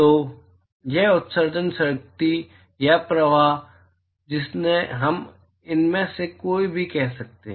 तो यह उत्सर्जक शक्ति है या प्रवाह जिसे हम इनमें से कोई भी कह सकते हैं